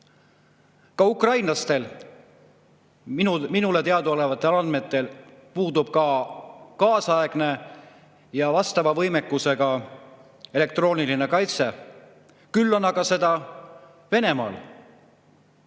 Ka ukrainlastel minule teadaolevatel andmetel puudub kaasaegne ja vastava võimekusega elektrooniline kaitse. Küll aga on seda Venemaal